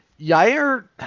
Yair